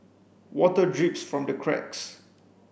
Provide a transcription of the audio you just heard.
water drips from the cracks